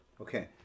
Okay